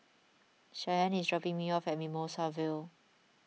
Shyanne is dropping me off at Mimosa Vale